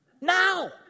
Now